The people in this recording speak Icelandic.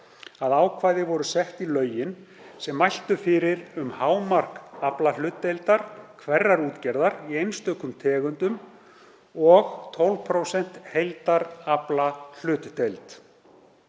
að ákvæði voru sett í lögin sem mæltu fyrir um hámark aflahlutdeildar hverrar útgerðar í einstökum tegundum og 12% heildaraflahlutdeild.